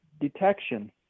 detection